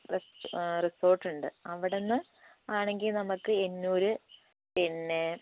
റിസോർട്ടുണ്ട് അവിടെ നിന്ന് ആണെങ്കിൽ നമുക്ക് എന്നൂർ പിന്നേ